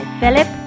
Philip